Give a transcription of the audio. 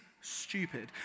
stupid